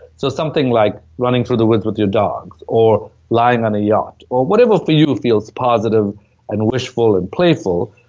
so something like, running through the woods with your dogs, or lying on a yacht. or whatever for you feels positive and wishful and playful.